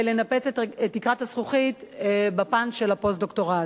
לנפץ את תקרת הזכוכית בפן של הפוסט-דוקטורט.